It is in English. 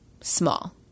small